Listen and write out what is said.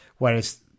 Whereas